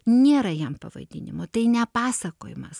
nėra jam pavaidinimo tai ne pasakojimas